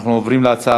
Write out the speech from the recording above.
נעבור להצעה